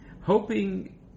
Hoping